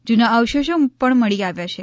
જૂના અવશેષો પણ મળી આવ્યા છે